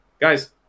guys